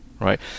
right